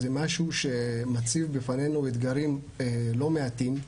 זה משהו שמציב בפנינו אתגרים לא מעטים.